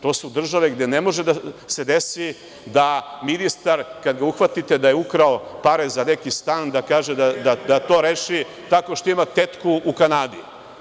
To su države gde ne može da se desi da ministar kada ga uhvatite da je ukrao pare za neki stan, da to reši tako što ima tetku u Kanadi.